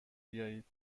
بیایید